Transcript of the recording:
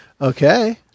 Okay